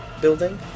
building